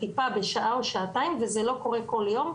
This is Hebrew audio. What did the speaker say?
טיפה בשעה או שעתיים וזה לא קורה כל יום,